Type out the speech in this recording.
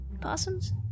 Possums